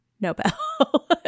Nobel